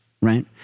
Right